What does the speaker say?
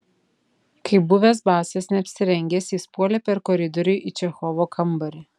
kaip buvęs basas neapsirengęs jis puolė per koridorių į čechovo kambarį